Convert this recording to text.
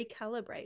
recalibrate